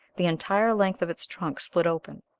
the entire length of its trunk split open,